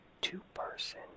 two-person